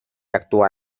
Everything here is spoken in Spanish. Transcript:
actúa